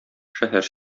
шәһәр